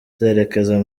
zerekeza